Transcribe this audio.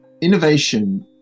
Innovation